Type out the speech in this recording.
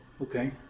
okay